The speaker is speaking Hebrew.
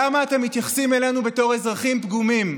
למה אתם מתייחסים אלינו בתור אזרחים פגומים?